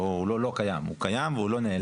הוא לא לא קיים, הוא קיים, הוא לא נעלם,